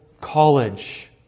college